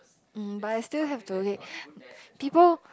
um but I still have to people